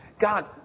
God